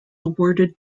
awarded